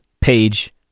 Page